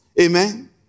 Amen